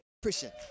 Appreciate